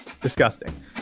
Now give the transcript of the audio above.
Disgusting